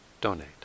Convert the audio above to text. donate